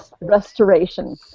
restoration